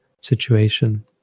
situation